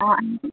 आणखी